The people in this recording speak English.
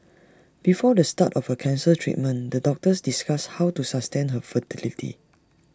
before the start of her cancer treatment the doctors discussed how to sustain her fertility